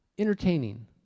Entertaining